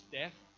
death